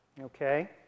Okay